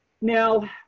Now